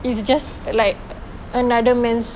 is just like another man's